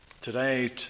Today